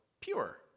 pure